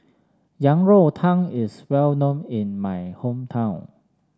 Yang Rou Tang is well known in my hometown